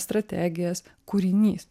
strategijas kūrinys